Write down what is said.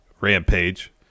Rampage